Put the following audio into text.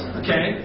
okay